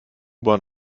bahn